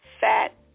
fat